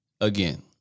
again